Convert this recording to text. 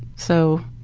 so,